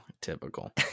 Typical